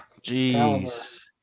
Jeez